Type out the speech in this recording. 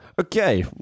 Okay